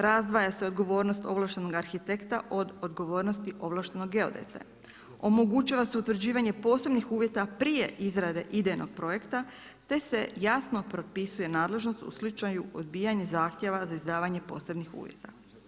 Razdvaja se odgovornost ovlaštenog arhitekta od odgovornosti ovlaštenog geodeta, omogućava se utvrđivanje posebnih uvjeta prije izrade idejnog projekta te se jasno propisuje nadležnost u slučaju odbijanja zahtjeva za izdavanje posebnih uvjeta.